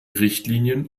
richtlinien